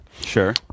Sure